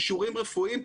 אישורים רפואיים,